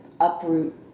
uproot